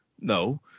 No